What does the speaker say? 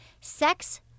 sex